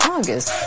August